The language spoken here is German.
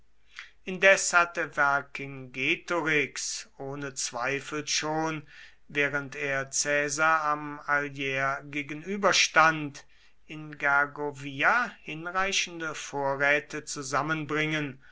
indes hatte vercingetorix ohne zweifel schon während er caesar am allier gegenüberstand in gergovia hinreichende vorräte zusammenbringen